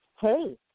Hey